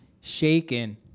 shaken